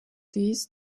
these